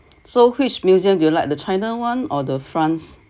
so which museum do you like the china [one] or the france